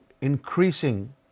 increasing